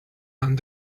and